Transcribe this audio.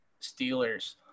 Steelers